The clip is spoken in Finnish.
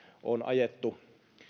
on ajettu